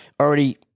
already